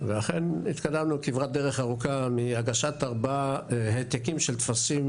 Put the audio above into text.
ואכן התקדמנו כברת דרך ארוכה מהגשת ארבעה העתקים של טפסים